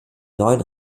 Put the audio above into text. neuen